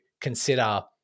consider